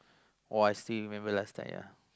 !wah! I still remember last time ya